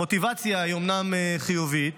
המוטיבציה היא אומנם חיובית,